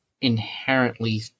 inherently